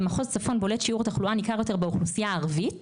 במחוז צפון בולט שיעור תחלואה ניכר יותר באוכלוסייה הערבית